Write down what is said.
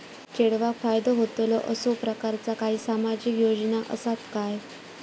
चेडवाक फायदो होतलो असो प्रकारचा काही सामाजिक योजना असात काय?